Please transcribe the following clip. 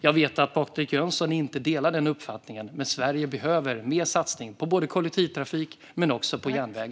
Jag vet att Patrik Jönsson inte delar min uppfattning, men Sverige behöver fler satsningar på både kollektivtrafik och järnväg.